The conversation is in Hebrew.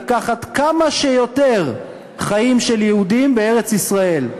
לקחת כמה שיותר חיים של יהודים בארץ-ישראל.